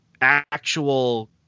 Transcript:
actual